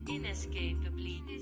Inescapably